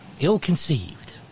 ill-conceived